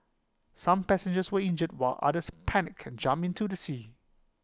some passengers were injured while others panicked and jumped into the sea